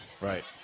right